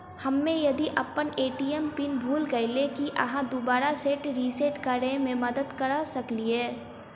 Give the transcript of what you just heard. हम्मे यदि अप्पन ए.टी.एम पिन भूल गेलियै, की अहाँ दोबारा सेट रिसेट करैमे मदद करऽ सकलिये?